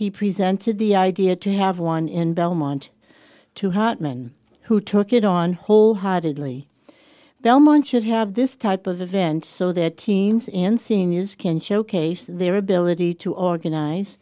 he presented the idea to have one in belmont to hartman who took it on wholeheartedly belmont should have this type of event so that means in seniors can showcase their ability to organize